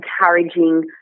encouraging